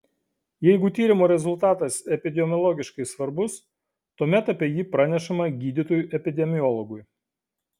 jeigu tyrimo rezultatas epidemiologiškai svarbus tuomet apie jį pranešama gydytojui epidemiologui